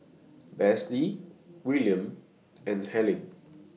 Besse Wiliam and Helyn